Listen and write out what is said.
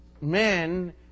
men